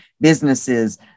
businesses